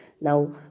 now